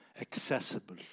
accessible